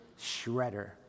Shredder